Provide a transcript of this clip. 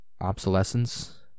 Obsolescence